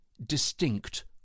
distinct